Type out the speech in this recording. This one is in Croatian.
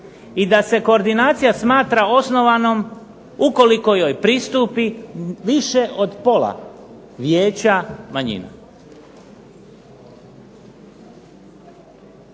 i da se koordinacija smatra osnovanom ukoliko joj pristupi više od pola Vijeća manjina.